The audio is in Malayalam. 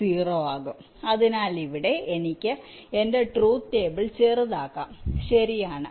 ആകും അതിനാൽ ഇവിടെ എനിക്ക് എന്റെ ട്രൂത് ടേബിൾ ചെറുതാക്കാം ശരിയാണ്